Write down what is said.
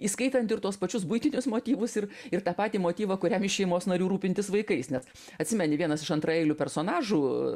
įskaitant ir tuos pačius buitinius motyvus ir ir tą patį motyvą kuriam iš šeimos narių rūpintis vaikais nes atsimeni vienas iš antraeilių personažų